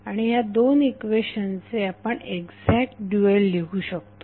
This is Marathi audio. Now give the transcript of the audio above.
आणि ह्या दोन इक्वेशन्सचे आपण एक्झॅक्ट ड्युएल लिहू शकतो